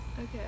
Okay